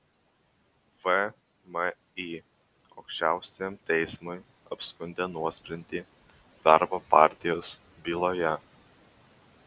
vmi aukščiausiajam teismui apskundė nuosprendį darbo partijos byloje